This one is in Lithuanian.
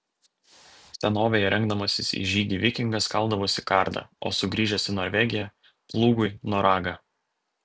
senovėje rengdamasis į žygį vikingas kaldavosi kardą o sugrįžęs į norvegiją plūgui noragą